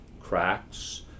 cracks